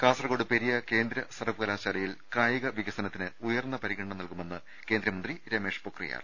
കാസർകോട് പെരിയ കേന്ദ്ര സർവകലാശാലയിൽ കായിക വിക സനത്തിന് ഉയർന്ന പരിഗണന നൽകുമെന്ന് കേന്ദ്രമന്ത്രി രമേഷ് പൊക്രിയാൽ